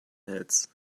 hits